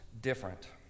different